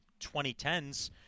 2010s